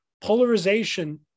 polarization